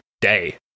day